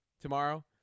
tomorrow